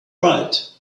right